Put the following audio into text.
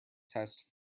test